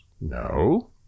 No